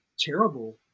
terrible